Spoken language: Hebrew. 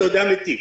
אתה יודע מתים,